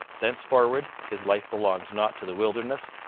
thenceforward his life belongs not to the wilderness,